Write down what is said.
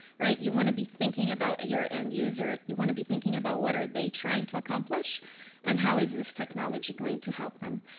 right? you want to be thinking about your end user. you want to be thinking about what are they trying to accomplish and how is this technology going to help them?